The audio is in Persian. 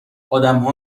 آدمها